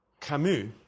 Camus